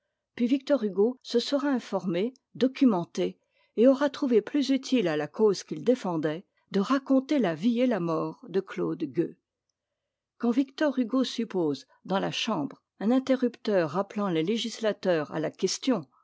puis victor hugo se sera informé documenté et aura trouvé plus utile à la cause qu'il défendait de raconter la vie et la mort de claude gueux quand victor hugo suppose dans la chambre un interrupteur rappelant les législateurs à la question